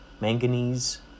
manganese